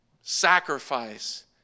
Sacrifice